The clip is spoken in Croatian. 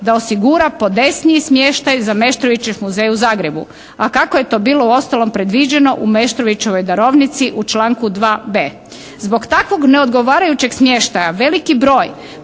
da osigura podesniji smještaj za Meštrovićev muzej u Zagrebu, a kako je to bilo uostalom predviđeno u Meštrovićevoj darovnici u članku 2.b. Zbog takvog neodgovarajućeg smještaja veliki broj